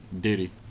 Diddy